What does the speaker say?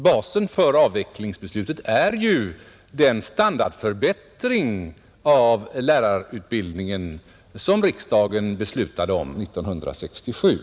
Basen för avvecklingsbeslutet är ju den standardförbättring av lärarutbildningen som riksdagen beslutade om 1967.